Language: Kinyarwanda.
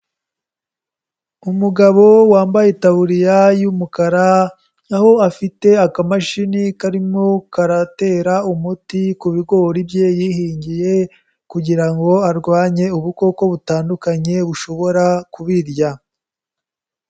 Umugabo wambaye itaburiya y'umukara, aho afite akamashini karimo karatera umuti ku bigori bye yihingiye kugira ngo arwanye ubukoko butandukanye bushobora kubirya.